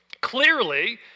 Clearly